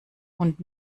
und